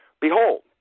Behold